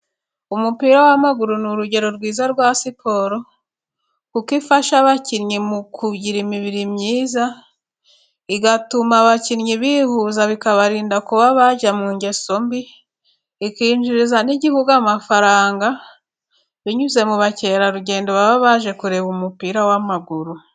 Umupira w'amaguru ni urugero rwiza rwa siporo kuko ifasha abakinnyi mu kugira imibiri myiza, igatuma abakinnyi bihuza bikabarinda kuba bajya mu ngeso mbi, ikinjiriza n'igihugu amafaranga binyuze mu bakerarugendo baba baje kureba umupira w'amaguru.